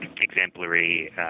exemplary